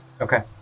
Okay